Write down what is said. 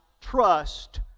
trust